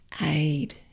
aid